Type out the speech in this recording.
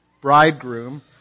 bridegroom